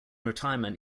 retirement